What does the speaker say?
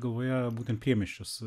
galvoje būtent priemiesčius